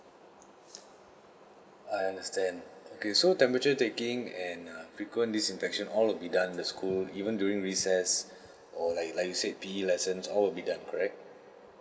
I understand okay so temperature taking and err frequent disinfection all will be done in the school even during recess or like like you said P_E lessons all will be done correct